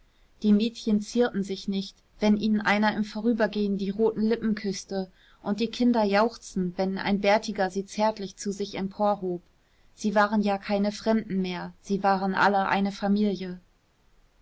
die mädchen zierten sich nicht wenn ihnen einer im vorübergehen die roten lippen küßte und die kinder jauchzten wenn ein bärtiger sie zärtlich zu sich emporhob sie waren ja keine fremden mehr sie waren alle eine familie